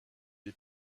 des